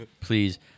please